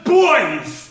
boys